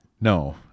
No